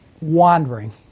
wandering